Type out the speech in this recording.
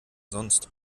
sonst